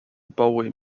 bowie